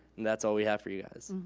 and that's all we have for you guys,